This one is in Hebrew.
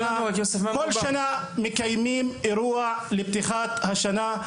כל שנה מקיימים אירוע לפתיחת השנה,